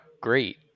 great